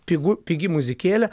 pigu pigi muzikėlė